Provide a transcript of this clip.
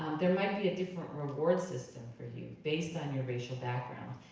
there might be a different reward system for you based on your racial background.